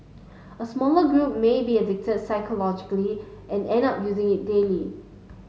a smaller group may be addicted psychologically and end up using it daily